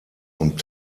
und